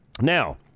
Now